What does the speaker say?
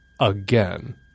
again